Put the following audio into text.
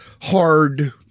hard